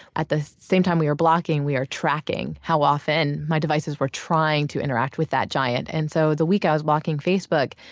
at the same time we are blocking, we are tracking how often my devices were trying to interact with that giant and so the week i was blocking facebook,